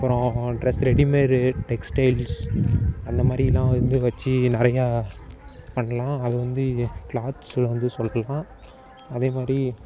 அப்புறம் dress readymade textiles அந்த மாதிரிலாம் வந்து வச்சு நிறையா பண்ணலாம் அதுவந்து கிளாத்ஸ்சில் வந்து சொல்வேன் அதே மாதிரி